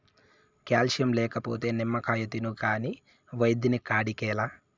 calcium లేకపోతే నిమ్మకాయ తిను కాని వైద్యుని కాడికేలా